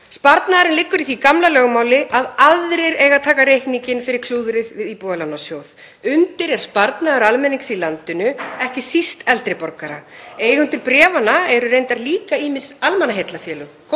Sparnaðurinn liggur í því gamla lögmáli að aðrir eiga að taka reikninginn fyrir klúðrið við Íbúðalánasjóð. Undir er sparnaður almennings í landinu, ekki síst eldri borgara. Eigendur bréfanna eru reyndar líka ýmis almannaheillafélög,